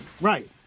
right